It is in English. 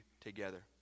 together